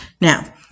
Now